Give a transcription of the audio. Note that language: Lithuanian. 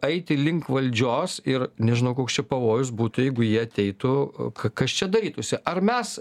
aiti link valdžios ir nežinau koks čia pavojus būtų jeigu jie ateitų ka kas čia darytųsi ar mes